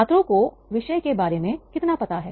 छात्रों को विषय के बारे में कितना पता है